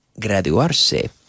graduarse